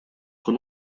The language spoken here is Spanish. con